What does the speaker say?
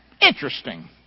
Interesting